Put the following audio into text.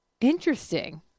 Interesting